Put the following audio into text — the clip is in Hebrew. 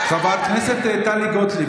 חברת הכנסת טלי גוטליב,